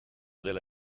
della